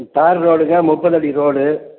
தார் ரோடுங்க முப்பதடி ரோடு